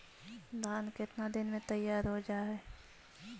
धान केतना दिन में तैयार हो जाय है?